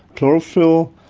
chlorophyll,